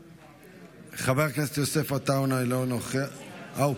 חבר הכנסת יוסף עטאונה, מוותר,